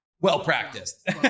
well-practiced